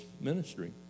ministry